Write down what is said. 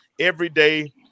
everyday